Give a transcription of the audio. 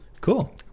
Cool